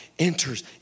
enters